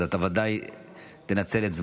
אתה ודאי תנצל את זמנך.